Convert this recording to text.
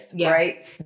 right